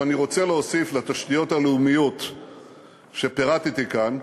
אבל אני רוצה להוסיף לתשתיות הלאומיות שפירטתי כאן,